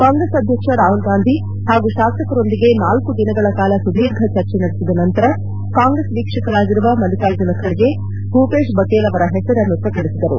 ಕಾಂಗ್ರೆಸ್ ಅಧ್ಯಕ್ಷ ರಾಹುಲ್ಗಾಂಧಿ ಹಾಗೂ ಶಾಸಕರೊಂದಿಗೆ ನಾಲ್ಕು ದಿನಗಳ ಕಾಲ ಸುದೀರ್ಘ ಚರ್ಚೆ ನಡೆಸಿದ ನಂತರ ಕಾಂಗ್ರೆಸ್ ವೀಕ್ಷಕರಾಗಿರುವ ಮಲ್ಲಿಕಾರ್ಜುನ ಖರ್ಗೆ ಭೂಪೇಶ್ ಬಫೇಲ್ ಅವರ ಹೆಸರನ್ನು ಪ್ರಕಟಿಸಿದರು